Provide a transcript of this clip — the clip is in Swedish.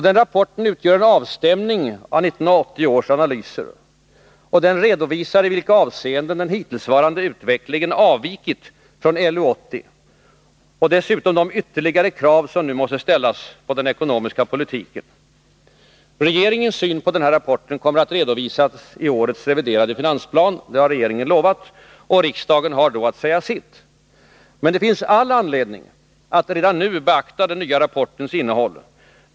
Den utgör en avstämning av 1980 års analyser. Den redovisar i vilka avseenden den hittillsvarande utvecklingen avvikit från LU 80 och anger de ytterligare krav som nu måste ställas på den ekonomiska politiken. Regeringens syn på rapporten kommer att redovisas i årets reviderade finansplan. Det har regeringen lovat. Riksdagen har då att säga sitt. Det finns emellertid all anledning att redan nu beakta den nya rapportens innehåll.